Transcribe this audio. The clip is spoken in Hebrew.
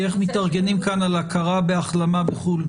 היא איך מתארגנים כאן על הכרה בהחלמה בחו"ל.